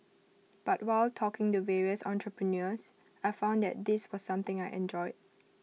but while talking to various entrepreneurs I found that this was something I enjoyed